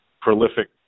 prolific